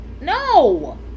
No